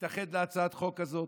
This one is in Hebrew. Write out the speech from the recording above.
שתתאחד עם הצעת החוק הזאת,